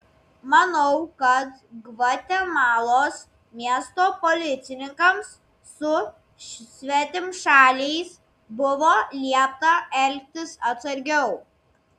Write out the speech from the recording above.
manau kad gvatemalos miesto policininkams su svetimšaliais buvo liepta elgtis atsargiau